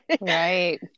Right